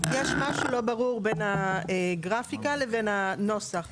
יש משהו לא ברור בין הגרפיקה לבין הנוסח.